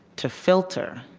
to filter,